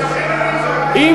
חברת הכנסת זנדברג צריכה לדבר שוב.